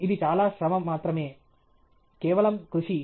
ఇది చాలా శ్రమ మాత్రమే కేవలం కృషి